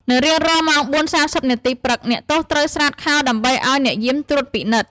នៅរៀងរាល់ម៉ោង ៤:៣០ នាទីព្រឹក អ្នកទោសត្រូវស្រាតខោដើម្បីឱ្យអ្នកយាមត្រួតពិនិត្យ។